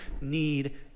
need